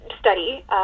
study